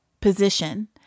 position